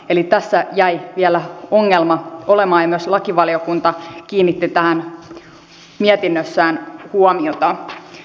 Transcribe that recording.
eli tässä jäi vielä ongelma olemaan ja myös lakivaliokunta kiinnitti tähän mietinnössään huomiota